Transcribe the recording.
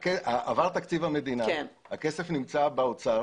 תקציב המדינה עבר הכסף נמצא באוצר.